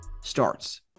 starts